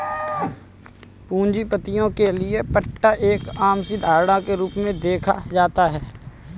पूंजीपतियों के लिये पट्टा एक आम सी धारणा के रूप में देखा जाता है